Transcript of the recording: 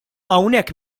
hawnhekk